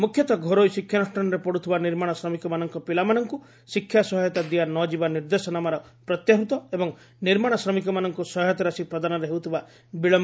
ମୁଖ୍ୟତଃ ଘରୋଇ ଶିକ୍ଷାନୁଷାନରେ ପତୁଥିବା ନିର୍ମାଶ ଶ୍ରମିକମାନଙ୍ଙ ପିଲାମାନଙ୍ଙୁ ଶିକ୍ଷା ସହାୟତା ଦିଆନଯିବା ନିର୍ଦ୍ଦେଶନାମାର ପ୍ରତ୍ୟାହୃତ ଏବଂ ନିର୍ମାଣ ଶ୍ରମିକମାନଙ୍ଙ୍ ସହାୟତା ରାଶି ପ୍ରଦାନରେ ହେଉଥିବା ବିଳମ୍